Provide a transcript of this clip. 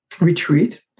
retreat